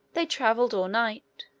they traveled all night.